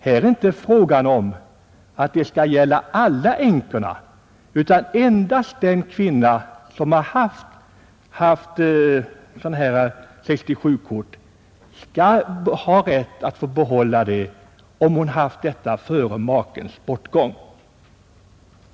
Här är det inte fråga om alla änkor utan det gäller endast att kvinna skall ha rätt att behålla 67-kortet, om hon haft sådant före makens bortgång.